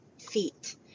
feet